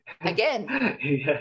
again